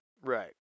Right